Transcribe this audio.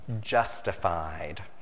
justified